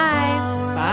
Bye